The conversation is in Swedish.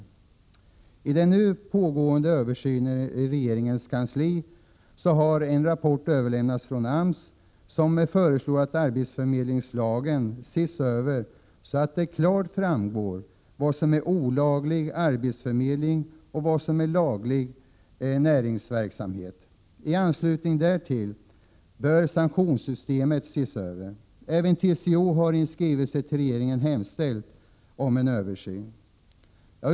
I samband med den nu pågående översynen i regeringens kansli har en rapport överlämnats från AMS, som föreslår att arbetsförmedlingslagen ses över så att det klart framgår vad som är olaglig arbetsförmedling och vad som är laglig näringsverksamhet. I anslutning därtill bör sanktionssystemet ses över. Även TCO har i en skrivelse till regeringen hemställt om en översyn.